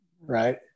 Right